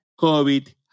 COVID